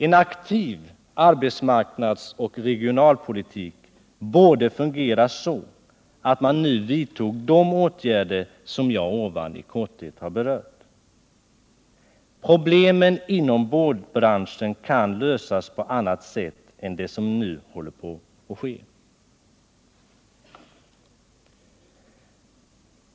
En aktiv arbetsmarknadsoch regionalpolitik borde fungera så att man nu vidtog de åtgärder som jag här i korthet har berört. Problemen inom boardbranschen kan lösas på annat sätt än genom det man nu håller på med.